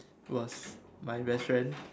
was my best friend